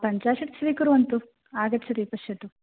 पञ्चाशत् स्वीकुर्वन्तु आगच्छति पश्यतु